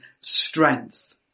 strength